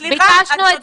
סליחה, זה